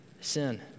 sin